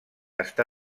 està